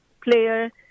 player